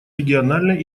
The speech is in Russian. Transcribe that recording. региональной